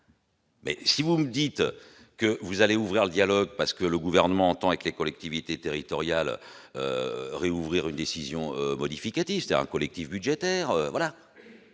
Mais si vous me dites que vous allez ouvrir le dialogue, parce que le gouvernement entend avec les collectivités territoriales réouvrir une décision modificative, c'est un collectif budgétaire, voilà,